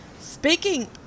Speaking